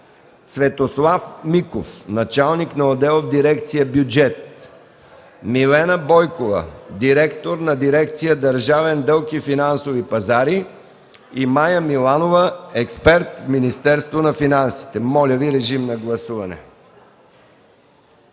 Светослав Миков – началник на отдел в дирекция „Бюджет”, Милена Бойкова – директор на дирекция „Държавен дълг и финансови пазари”, и Мая Миланова – експерт в Министерството на финансите. Моля, гласувайте.